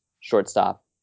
shortstop